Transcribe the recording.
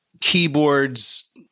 keyboards